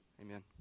Amen